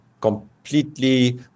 completely